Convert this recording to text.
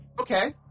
Okay